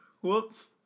Whoops